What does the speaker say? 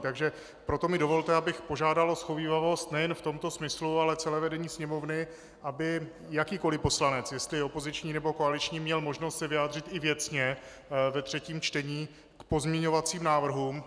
Takže proto mi dovolte, abych požádal o shovívavost nejen v tomto smyslu, ale celé vedení Sněmovny, aby jakýkoli poslanec, jestli je opoziční, nebo koaliční, měl možnost se vyjádřit i věcně ve třetím čtení k pozměňovacím návrhům.